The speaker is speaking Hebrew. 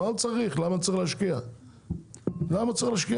למה צריך להשקיע בזה?